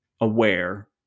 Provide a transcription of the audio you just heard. aware